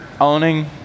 owning